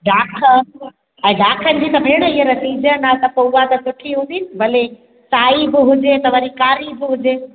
डाख ऐं डाखनि जी त भेण हींअर सीजन आहे पोइ उहा त सुठी हूंदी भले साई ॿ हुजे त वरी कारी बि हुजे